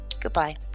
Goodbye